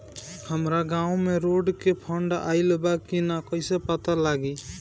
हमरा गांव मे रोड के फन्ड आइल बा कि ना कैसे पता लागि?